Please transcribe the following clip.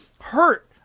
hurt